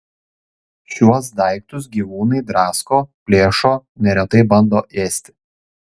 šiuos daiktus gyvūnai drasko plėšo neretai bando ėsti